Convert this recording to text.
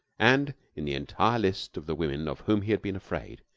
and in the entire list of the women of whom he had been afraid,